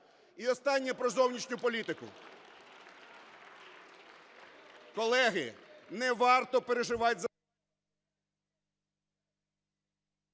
І останнє: про зовнішню політику. Колеги, не варто переживати за...